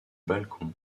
balcon